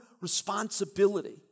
responsibility